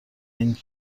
این